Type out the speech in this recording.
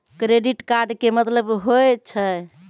Credit card के मतलब होय छै?